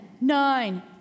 nine